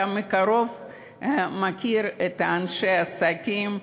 אתה מכיר מקרוב את אנשי העסקים.